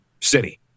city